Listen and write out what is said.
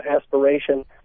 aspiration